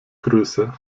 größe